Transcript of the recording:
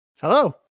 Hello